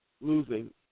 losing